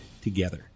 together